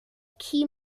key